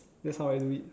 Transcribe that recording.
that's how I do it